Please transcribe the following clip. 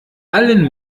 allen